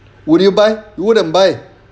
would you buy you wouldn't buy